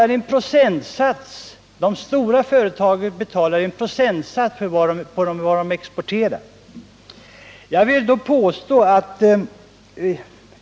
De stora företagen betalar en viss procentsats på vad man exporterar.